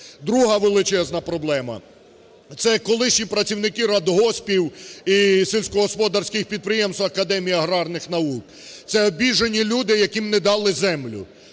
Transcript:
Друга величезна проблема – це колишні працівники радгоспів і сільськогосподарських підприємств Академії аграрних наук – це обіжені люди, яким не дали землю.